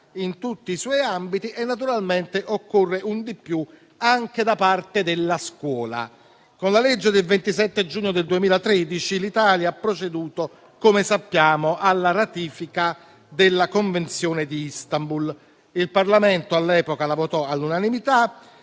in tutti i suoi ambiti, e naturalmente occorre qualcosa in più anche da parte della scuola. Con la legge del 27 giugno 2013 l'Italia ha proceduto, come sappiamo, alla ratifica della Convenzione di Istanbul - il Parlamento all'epoca la votò all'unanimità